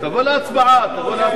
תבוא להצבעה, תבוא להצבעה.